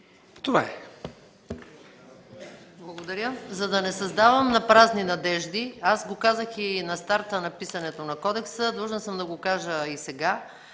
Това е